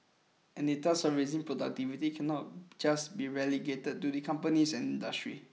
and the task of raising productivity cannot just be relegated to the companies and industry